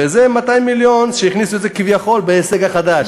וזה 200 מיליון שהכניסו את זה כביכול בהישג החדש.